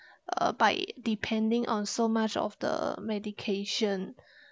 uh by depending on so much of the medication